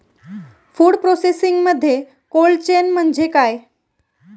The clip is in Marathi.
फूड प्रोसेसिंगमध्ये कोल्ड चेन म्हणजे काय?